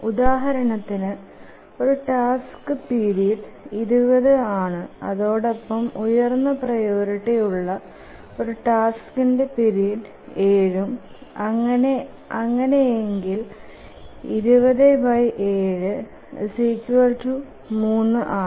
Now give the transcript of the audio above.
ഉദാഹരണത്തിന് ഒരു task period 20 ആണ് അതോടൊപ്പം ഉയർന്ന പ്രിയോറിറ്റി ഉള്ള ഒരു ടാസ്കിന്റെ പീരീഡ് 7ഉം അങ്ങനെയെന്ക്ക് ⌈207⌉3 ആണ്